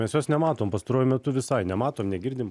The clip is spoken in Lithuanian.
mes jos nematom pastaruoju metu visai nematom negirdim